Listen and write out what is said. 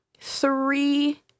three